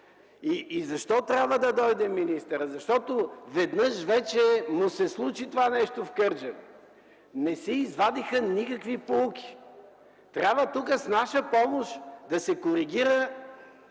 Защо трябва да дойде министърът? Защото веднъж вече му се случи това нещо в Кърджали – не си извадиха никакви поуки. Трябва тук, с наша помощ, да се коригира